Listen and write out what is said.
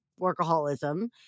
workaholism